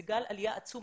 זה גל עלייה עצום,